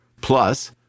Plus